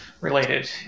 related